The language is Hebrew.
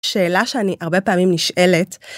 שאלה שאני הרבה פעמים נשאלת.